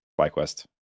Flyquest